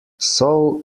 sow